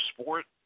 sport